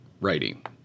writing